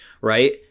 right